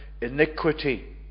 iniquity